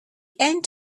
end